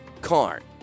Karn